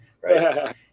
right